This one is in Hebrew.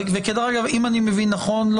ואם אני מבין נכון,